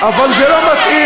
מה אתה אומר?